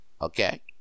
Okay